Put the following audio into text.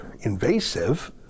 invasive